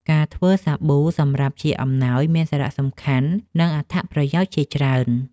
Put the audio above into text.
ការធ្វើសាប៊ូសម្រាប់ជាអំណោយ មានសារៈសំខាន់ និងអត្ថប្រយោជន៍ជាច្រើន។